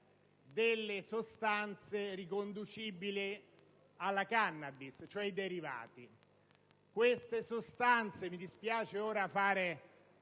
delle sostanze riconducibili alla *cannabis*, cioè i derivati.